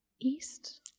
East